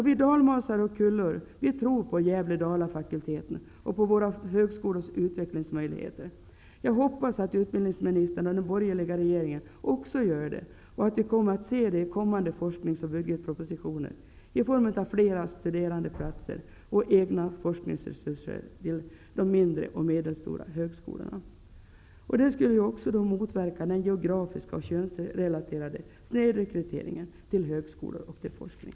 Vi dalmasar och dalkullor tror på ''Gävle-Dalafakulteten'' och på våra högskolors utvecklingsmöjligheter. Jag hoppas att utbildningsminstern och den borgerliga regeringen också gör det, och att vi kommer att se det i kommande forsknings och budgetpropositioner i form av fler studerandeplatser och egna forskningsresurser i de mindre och medelstora högskolorna. Det skulle också motverka den geografiska och könsrelaterade snedrekryteringen till högskolor och forskning.